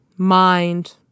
mind